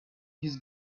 his